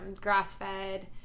grass-fed